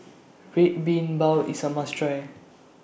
Red Bean Bao IS A must Try